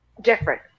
different